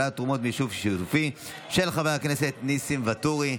מגדרית, נטייה מינית או אמונה דתית, התשפ"ג 2023,